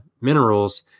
minerals